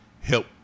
help